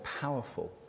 powerful